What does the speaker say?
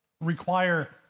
require